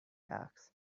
asked